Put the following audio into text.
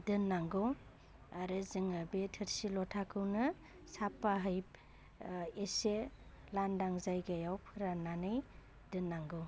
दोननांगौ आरो जोङो बे थोरसि लथाखौनो साफायै एसे लांदां जायगायाव फोराननानै दोननांगौ